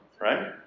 right